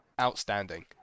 outstanding